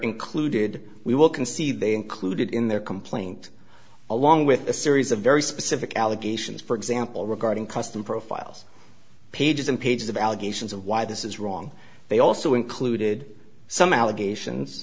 included we will concede they included in their complaint along with a series of very specific allegations for example regarding custom profiles pages and pages of allegations of why this is wrong they also included some allegations